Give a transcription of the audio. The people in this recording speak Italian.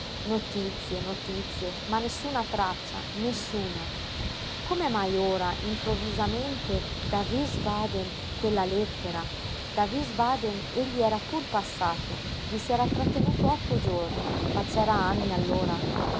notizie notizie ma nessuna traccia nessuna come mai ora improvvisamente da wiesbaden quella lettera da wiesbaden egli era pur passato vi si era trattenuto otto giorni ma c'era anny allora